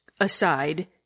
aside